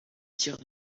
tiers